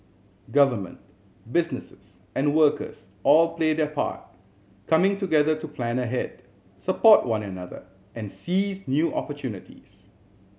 government businesses and workers all play their part coming together to plan ahead support one another and seize new opportunities